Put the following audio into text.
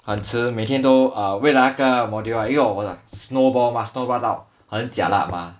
很迟每天都 uh 为了那个 module right 因为我们 like snowball snowball 到很 jialat mah